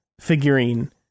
figurine